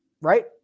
right